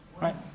right